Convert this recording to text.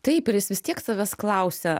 taip ir jis vis tiek savęs klausia